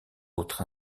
autre